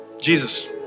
Jesus